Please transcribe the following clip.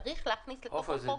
צריך להכניס לתוך החוק --- עופר,